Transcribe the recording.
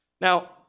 Now